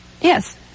Yes